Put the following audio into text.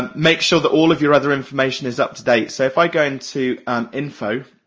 and make sure that all of your other information is up to date. so if i got in to um info,